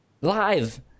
live